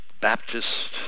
Baptist